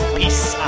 peace